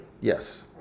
Yes